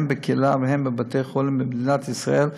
הן בקהילה והן בבתי-החולים במדינת ישראל,